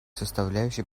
составляющей